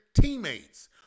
teammates